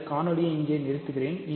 இந்த காணொளியை இங்கே நிறுத்துகிறேன்